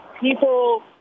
people